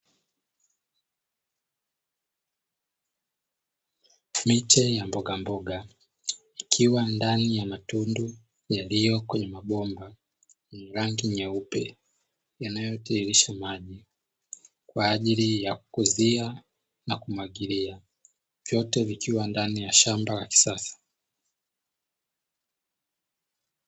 Miche ya mbogamboga ikiwa ndani ya matundu yaliyo kwenye mabomba, rangi nyeupe yanayotiririsha maji kwaajili ya kukuzia na kumwagilia vyote vikiwa ndani ya shamba la kisasa.